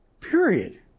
Period